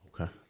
Okay